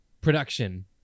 production